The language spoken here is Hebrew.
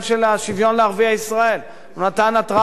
הוא נתן התרעה מודיעינית על השוויון לערביי ישראל.